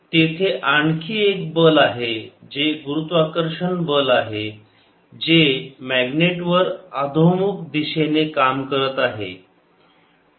तेथे आणखी एक बल आहे जे गुरुत्वाकर्षण बल आहे जे मॅग्नेट वर अधोमुख दिशेने काम करत आहे